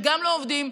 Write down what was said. הם גם לא עובדים,